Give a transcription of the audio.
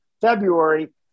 February